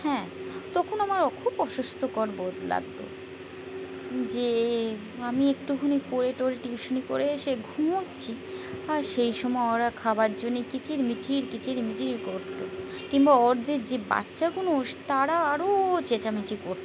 হ্যাঁ তখন আমার অ খুব অসুস্থকর বোধ লাগতো যে আমি একটুখানি পড়ে টড়ে টিউশনি করে এসে ঘুমোচ্ছি আর সেই সময় ওরা খাবার জন্যে কিচির মিচির কিচির মিচির করতো কিংবা ওরদের যে বাচ্চাগুনো তারা আরও চেঁচামেচি করতো